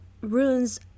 runes